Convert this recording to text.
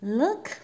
look